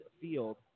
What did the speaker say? field